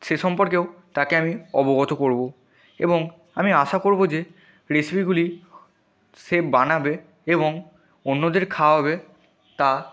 সে সম্পর্কেও তাকে আমি অবগত করবো এবং আমি আশা করবো যে রেসিপিগুলি সে বানাবে এবং অন্যদের খাওয়াবে তা